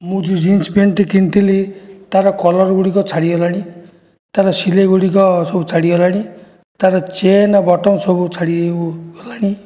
ମୁଁ ଯେଉଁ jeans pant ଟେ କିଣିଥିଲି ତାର କଲର ଗୁଡ଼ିକ ଛାଡ଼ିଗଲାଣି ତାର ସିଲାଇ ଗୁଡ଼ିକ ସବୁ ଛାଡ଼ିଗଲାଣି ତାର ଚେନ୍ ବଟମ୍ ସବୁ ଛାଡ଼ିଗଲାଣି